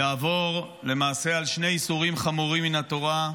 יעבור למעשה על שני איסורים חמורים מן התורה: